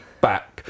back